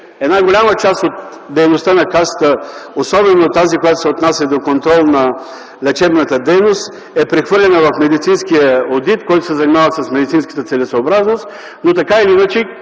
една голяма част от дейността на Касата, особено тази, която се отнася до контрол на лечебната дейност, е прехвърлена в медицинския одит, който се занимава с медицинската целесъобразност, но така или иначе